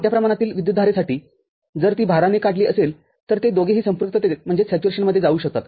मोठ्या प्रमाणातील विद्युतधारेसाठीजर ती भारानेकाढली असेल तर ते दोघेही संपृक्ततेत जाऊ शकतात